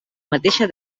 mateixa